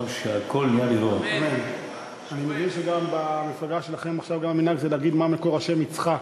אני מבין שגם במפלגה שלכם עכשיו המנהג זה להגיד מה מקור השם יצחק.